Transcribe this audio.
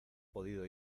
podido